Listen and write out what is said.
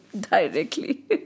directly